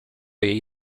jej